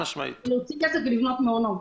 להוציא כסף ולבנות מעונות.